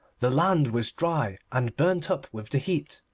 the land was dry and burnt up with the heat.